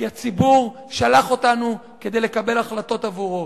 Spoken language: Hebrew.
כי הציבור שלח אותנו כדי לקבל החלטות עבורו.